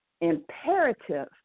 imperative